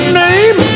name